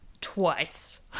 Twice